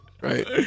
Right